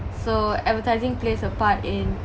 so advertising plays a part in